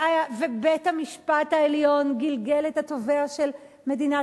ובית-המשפט העליון גלגל את התובע של מדינת